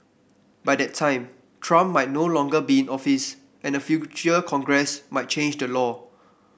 by that time Trump might no longer be in office and a future Congress might change the law